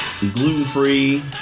Gluten-free